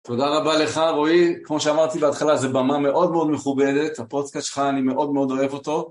תודה רבה לך רועי, כמו שאמרתי בהתחלה זה במה מאוד מאוד מכובדת, הפודקאסט שלך אני מאוד מאוד אוהב אותו.